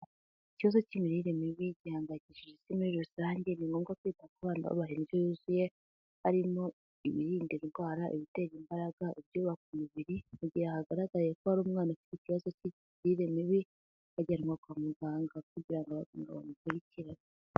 Ikibazo cy'imirire mibi gihangayikishije isi muri rusange, ni ngombwa kwita ku bana babaha indyo yuzuye, harimo ibirinda indwara, ibitera imbaraga, ibyubaka umubiri, mu gihe hagaragaye ko hari umwana ufite ikibazo cy'imirire mibi, akajyanwa kwa muganga kugira ngo abaganga bamukurikirane.